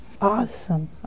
Awesome